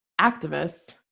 activists